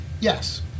Yes